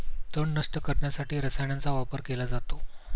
तण नष्ट करण्यासाठी रसायनांचा वापर केला जातो